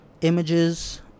images